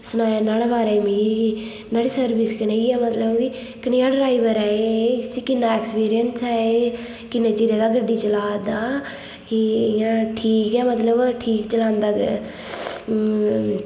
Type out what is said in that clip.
सनाया नुहाड़े बारे च मिगी नुहाड़ी सर्विस कनेही ऐ मतलब कि कनेहा ड्राइवर ऐ ते इसी किन्ना ऐक्सपीरियंस ऐ एह् किन्ने चिरै दा गड्डी चला दा ठीक ऐ ठीक ऐ मतलब ठीक चलांदा